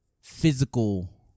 physical